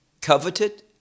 coveted